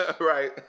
Right